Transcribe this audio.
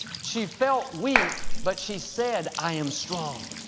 she felt weak, but she said, i am strong.